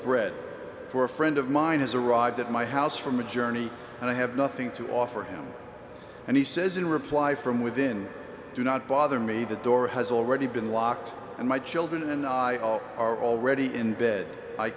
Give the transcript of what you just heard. bread for a friend of mine has arrived at my house from a journey and i have nothing to offer him and he says in reply from within do not bother me the door has already been locked and my children and i are already in bed i